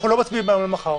אנחנו לא מצביעים מהיום למחר.